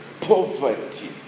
poverty